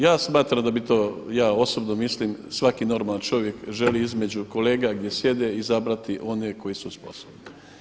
Ja smatram da bi, to osobno mislim svaki normalan čovjek želi između kolega gdje sjede izabrati one koji su sposobni.